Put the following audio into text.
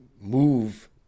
move